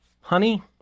honey